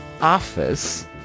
office